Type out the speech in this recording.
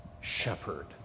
shepherd